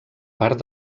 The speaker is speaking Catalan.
part